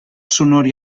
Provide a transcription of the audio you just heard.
sonor